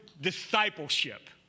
discipleship